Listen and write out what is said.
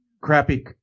crappy